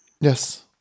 Yes